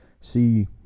see